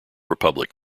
republic